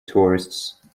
tourists